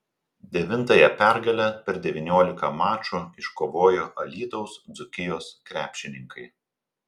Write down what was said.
devintąją pergalę per devyniolika mačų iškovojo alytaus dzūkijos krepšininkai